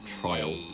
trial